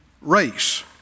race